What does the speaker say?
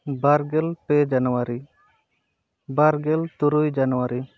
ᱵᱟᱨᱜᱮᱞ ᱯᱮ ᱡᱟᱱᱩᱣᱟᱨᱤ ᱵᱟᱨᱜᱮᱞ ᱛᱩᱨᱩᱭ ᱡᱟᱱᱩᱣᱟᱨᱤ